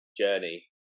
journey